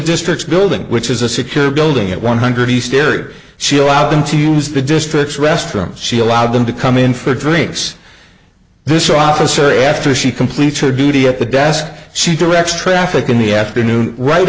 district's building which is a secure building at one hundred he stared she allowed them to use the district's restroom she allowed them to come in for drinks this officer a after she completes her duty at the desk she directs traffic in the afternoon right